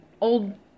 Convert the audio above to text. old